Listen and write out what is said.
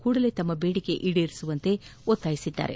ಕೂಡಲೇ ತಮ್ಮ ಬೇಡಿಕೆ ಈಡೇರಿಸುವಂತೆ ಒತ್ತಾಯಿಸಿದ್ದಾರೆ